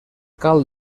cal